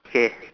okay